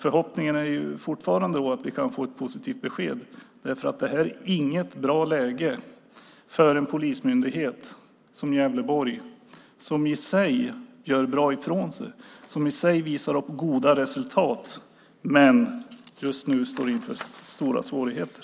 Förhoppningen är fortfarande att vi kan få ett positivt besked, för det här är inget bra läge för en polismyndighet som den i Gävleborg, som i sig gör bra ifrån sig och visar upp goda resultat men just nu står inför stora svårigheter.